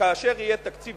שכאשר יהיה תקציב